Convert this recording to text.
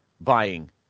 buying